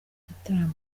igitaramo